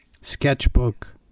sketchbook